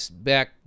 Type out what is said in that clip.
back